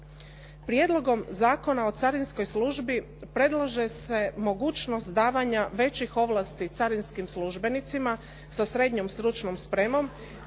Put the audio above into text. Prijedlogom zakona o carinskoj službi predlaže se mogućnost davanja većih ovlasti carinskih službenicima sa srednjom stručnom spremom,